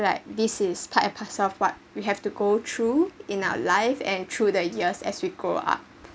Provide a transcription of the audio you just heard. like this is part and parcel of what we have to go through in our life and through the years as we grow up